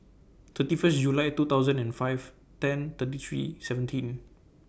thirty First July two thousand and five ten thirty three seventeen